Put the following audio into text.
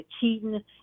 Keaton